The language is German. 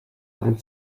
ein